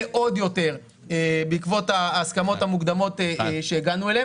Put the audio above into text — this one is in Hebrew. עוד יותר בעקבות ההסכמות המוקדמות אליהן הגענו,